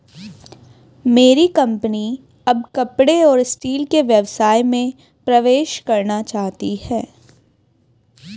मेरी कंपनी अब कपड़े और स्टील के व्यवसाय में प्रवेश करना चाहती है